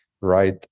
right